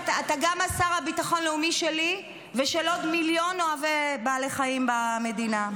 אתה גם השר לביטחון לאומי שלי ושל עוד מיליון אוהבי בעלי חיים במדינה.